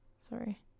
Sorry